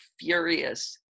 furious